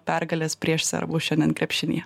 pergalės prieš serbų šiandien krepšinyje